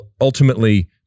ultimately